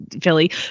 Philly